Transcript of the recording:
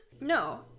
no